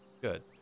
good